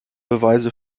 beweise